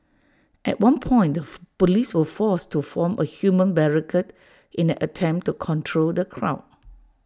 at one point the Police were forced to form A human barricade in an attempt to control the crowd